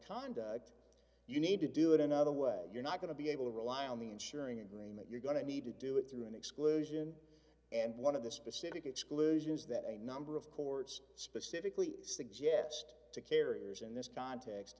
conduct you need to do it another way you're not going to be able to rely on the insuring agreement you're going to need to do it through an exclusion and one of the specific exclusions that a number of courts specifically suggest to carriers in this context